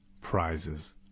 Prizes